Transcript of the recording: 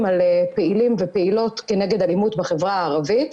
על פעילים ופעילות כנגד אלימות בחברה הערבית,